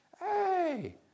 Hey